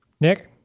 Nick